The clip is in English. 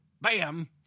bam